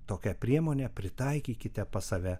tokią priemonę pritaikykite pas save